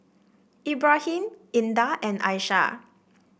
Ibrahim Indah and Aishah